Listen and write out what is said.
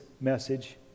message